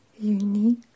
unique